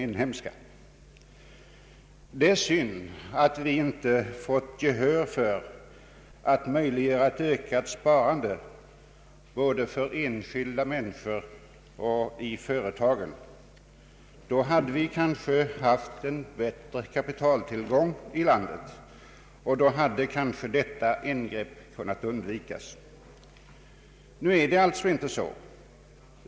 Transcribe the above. Det är synd att vi inte fått gehör för möjliggörandet av ett ökat sparande både av de enskilda människorna och i företagen. Då hade vi kanske haft en bättre kapitaltillgång i landet och det nu föreslagna ingreppet hade kunnat undvikas. Nu är det emellertid inte så.